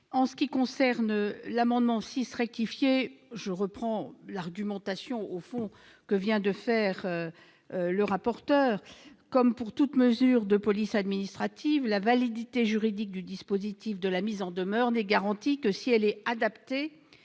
n° 23. Concernant l'amendement n° 6 rectifié, je reprendrai l'argumentation au fond de Mme le rapporteur. Comme pour toute mesure de police administrative, la validité juridique du dispositif de la mise en demeure n'est garantie que si elle est adaptée